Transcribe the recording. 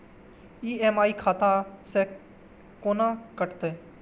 EMI खाता से केना कटते?